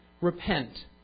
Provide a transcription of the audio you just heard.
Repent